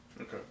Okay